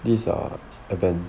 these are event